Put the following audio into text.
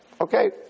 Okay